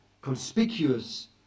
conspicuous